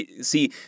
See